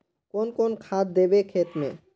कौन कौन खाद देवे खेत में?